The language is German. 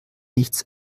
nichts